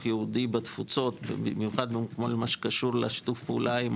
היהודי בתפוצות במיוחד בכל הקשור לשיתוף פעולה עם